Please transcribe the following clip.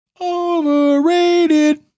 Overrated